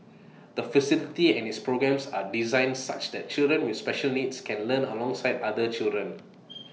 the facility and its programmes are designed such that children with special needs can learn alongside other children